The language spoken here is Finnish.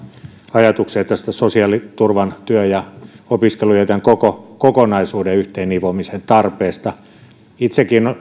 ajatukseen tästä sosiaaliturvan työn ja opiskelun ja koko kokonaisuuden yhteennivomisen tarpeesta itsekin